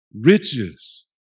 riches